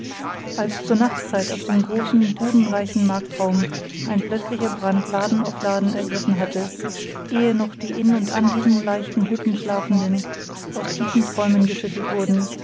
als zur nachtzeit auf dem großen budenreichen marktraum ein plötzlicher brand laden auf laden ergriffen hatte ehe noch die in und an diesen leichten hütten schlafenden aus tiefen träumen geschüttelt wurden